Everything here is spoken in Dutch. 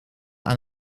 aan